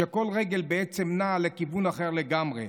שבה כל רגל בעצם נעה לכיוון אחר לגמרי.